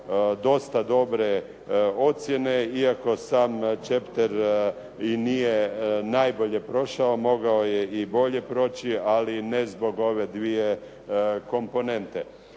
dosta dobre ocjene, iako sam chapter i nije najbolje prošao, mogao je i bolje proći, ali ne zbog ove dvije komponente.